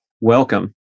Welcome